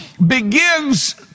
begins